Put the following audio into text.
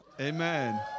Amen